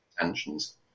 tensions